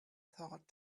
thought